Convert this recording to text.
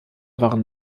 waren